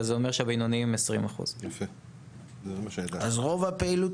וזה אומר שהבינוניים הם 20%. אז רוב הפעילות